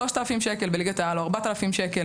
אף אחד לא